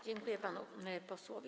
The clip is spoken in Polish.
Dziękuję panu posłowi.